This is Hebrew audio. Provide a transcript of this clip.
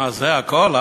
זה הכול?